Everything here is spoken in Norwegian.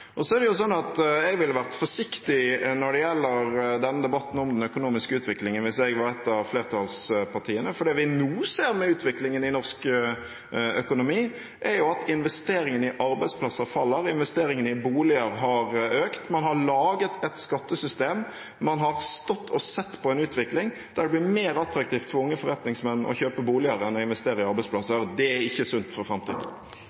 Så er det jo slik at jeg ville vært forsiktig når det gjelder debatten om den økonomiske utviklingen, hvis jeg var fra et av flertallspartiene, for det vi nå ser nå ser for utviklingen i norsk økonomi, er at investeringene i arbeidsplasser faller, investeringene i boliger har økt, man har laget et skattesystem, man har stått og sett på en utvikling der det blir mer attraktivt for unge forretningsmenn å kjøpe boliger enn å investere i arbeidsplasser, og det er ikke sunt for framtiden.